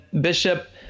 bishop